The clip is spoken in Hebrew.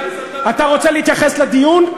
הסתה, אתה רוצה להתייחס לדיון?